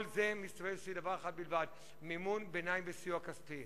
כל זה מסתובב סביב דבר אחד בלבד: מימון ביניים וסיוע כספי.